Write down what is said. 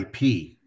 IP